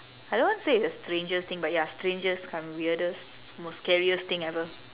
I don't want to say it's the strangest thing but ya strangest cum weirdest most scariest thing ever